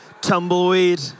Tumbleweed